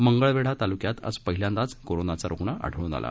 मंगळवेढा तालुक्यात आज पहिल्यांदा कोरोनाचा रुग्ण आढळून आला